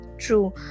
true